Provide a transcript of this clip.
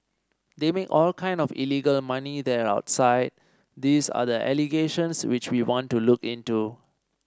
they make all kind of illegal money there outside these are the allegations which we want to look into